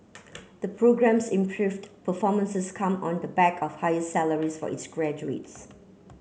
the programme's improved performances come on the back of higher salaries for its graduates